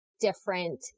different